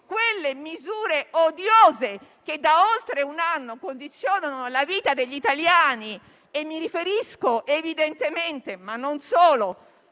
quelle misure odiose che da oltre un anno condizionano la vita degli italiani: mi riferisco, tra le altre, al